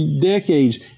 decades